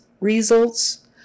results